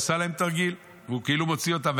הוא עשה עליהם תרגיל, והוא כאילו מוציא אותם.